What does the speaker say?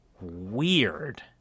Weird